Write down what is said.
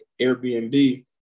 Airbnb